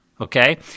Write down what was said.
Okay